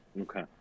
Okay